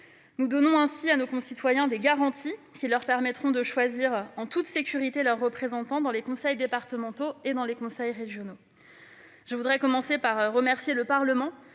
Nous donnons ainsi à nos concitoyens des garanties qui leur permettront de choisir en toute sécurité leurs représentants dans les conseils départementaux et les conseils régionaux. Je remercie le Parlement